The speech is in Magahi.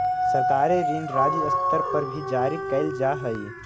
सरकारी ऋण राज्य स्तर पर भी जारी कैल जा हई